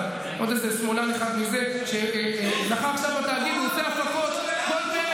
הרי אותה מילה שאתה נותן פה על תקציב הישיבות,